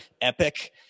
epic